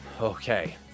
Okay